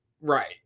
right